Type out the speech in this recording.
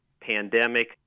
pandemic